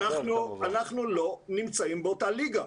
אנחנו לא נמצאים באותה ליגה.